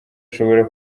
ashobora